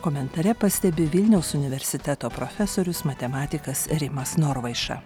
komentare pastebi vilniaus universiteto profesorius matematikas rimas norvaiša